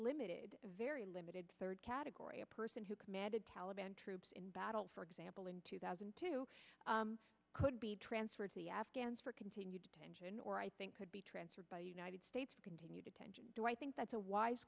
limited very limited third category a person who committed taliban troops in battle for example in two thousand and two could be transferred to the afghans for continued detention or i think could be transferred by the united states to continue detention i think that's a wise